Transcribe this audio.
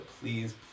please